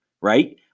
right